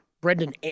Brendan